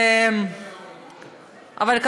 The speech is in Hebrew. אבל,